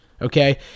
Okay